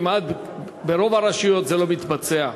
ברוב הרשויות זה לא מתבצע.